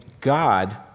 God